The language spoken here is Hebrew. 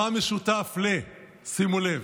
שימו לב: